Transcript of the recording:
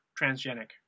transgenic